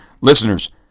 Listeners